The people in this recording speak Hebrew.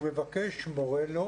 הוא מבקש ומורה לו